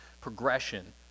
progression